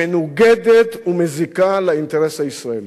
מנוגדת ומזיקה לאינטרס הישראלי,